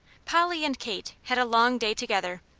polly and kate had a long day together,